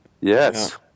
Yes